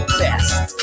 best